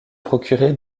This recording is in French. procurer